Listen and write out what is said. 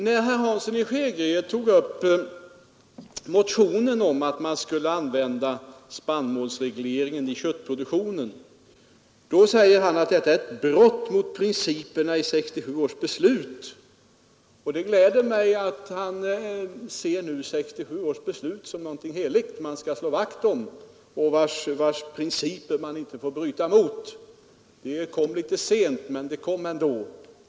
När herr Hansson i Skegrie tog upp motionen om att man skulle använda spannmålsregleringen i köttproduktionen, då säger han att detta är ett brott mot principerna i 1967 års beslut. Det glädjer mig att han nu ser 1967 års beslut som någonting heligt som man skall slå vakt om och vars principer man inte får bryta mot. Erkännandet kom litet sent, men det kom ändå.